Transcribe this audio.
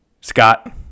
Scott